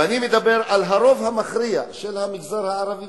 ואני מדבר על הרוב המכריע של המגזר הערבי